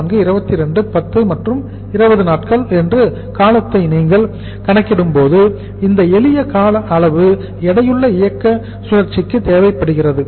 24 22 10 மற்றும் 20 நாட்கள் என்று காலத்தை நீங்கள் கணக்கிடும்போது இந்த எளிய கால அளவு எடையுள்ள இயக்க சுழற்சிக்கு தேவைப்படுகிறது